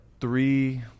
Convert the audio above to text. three